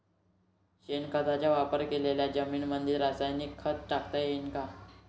शेणखताचा वापर केलेल्या जमीनीमंदी रासायनिक खत टाकता येईन का?